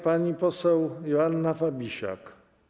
Pani poseł Joanna Fabisiak.